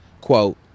Quote